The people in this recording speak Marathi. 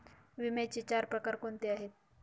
विम्याचे चार प्रकार कोणते आहेत?